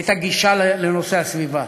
את הגישה לנושא הסביבה.